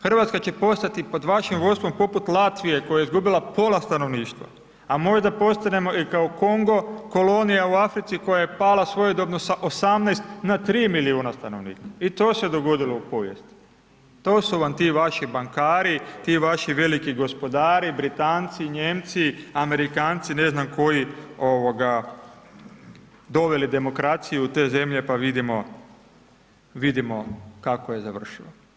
Hrvatska će postati pod vašim vodstvom poput Latvije koja je izgubila pola stanovništva, a možda postanemo i kao Kongo, kolonija u Africi koja je pala svojedobno sa 18 na 3 milijuna stanovnika, i to se dogodilo u povijesti, to su vam ti vaši bankari, ti vaši veliki gospodari, Britanci, Nijemci, Amerikanci, ne znam koji, ovoga, doveli demokraciju u te zemlje pa vidimo, vidimo kako je završilo.